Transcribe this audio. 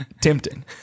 Tempting